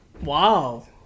wow